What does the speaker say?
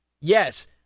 Yes